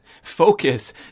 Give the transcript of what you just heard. focus